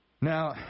Now